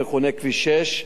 המכונה כביש 6,